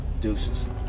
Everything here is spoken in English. Deuces